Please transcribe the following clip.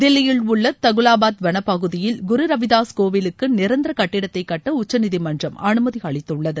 தில்லியில் உள்ள தகுவாகுபாத் வனப்பகுதியில் குருரவிதாஸ் கோவிலுக்கு நிரந்தர கட்டிதத்தை கட்ட உச்சநீதிமன்றம் அனுமதி அளித்துள்ளது